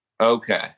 Okay